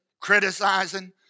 criticizing